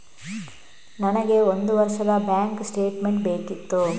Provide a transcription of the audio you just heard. ನನಗೆ ಒಂದು ವರ್ಷದ ಬ್ಯಾಂಕ್ ಸ್ಟೇಟ್ಮೆಂಟ್ ಬೇಕಿತ್ತು